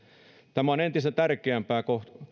tämä on entistä tärkeämpää